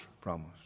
promise